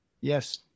Yes